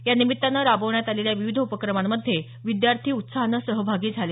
यानिमित्तानं राबवण्यात आलेल्या विविध उपक्रमांमध्ये विद्यार्थी उत्साहानं सहभागी झाले